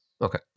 Okay